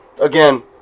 again